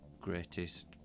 greatest